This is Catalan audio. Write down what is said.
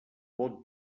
vot